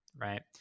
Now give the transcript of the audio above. right